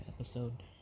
episode